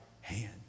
hand